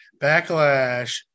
Backlash